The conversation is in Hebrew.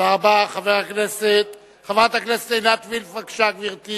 שכנעת אותי.